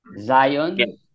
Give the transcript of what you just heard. Zion